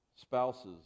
Spouses